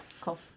Cool